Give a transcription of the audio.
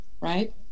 right